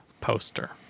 poster